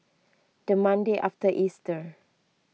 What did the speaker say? the Monday after Easter